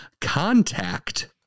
contact